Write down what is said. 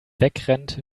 wegrennt